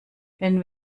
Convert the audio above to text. wenn